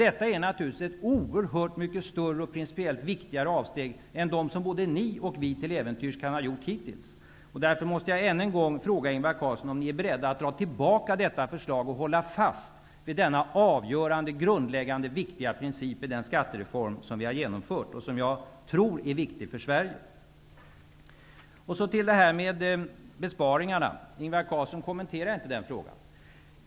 Detta är naturligtvis ett oerhört mycket större och principiellt viktigare avsteg än de andra som både ni och vi till äventyrs kan ha gjort hittills. Därför måste jag än en gång fråga Ingvar Carlsson om ni är beredda att dra tillbaka detta förslag och hålla fast vid denna grundläggande och avgörande princip i den skattereform som vi har genomfört och som jag tror är viktig för Sverige. Så till besparingarna. Ingvar Carlsson kommenterade inte den frågan.